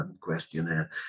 questionnaire